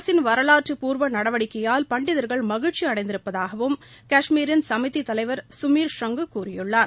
அரசின் வரலாற்று பூர்வ நடவடிக்கையால் பண்டிதர்கள் மகிழ்ச்சி அடைந்திருப்பதாகவும் காஷ்மீரின் சமிதி தலைவர் சுமிர் ஷ்ரங்கு கூறியுள்ளார்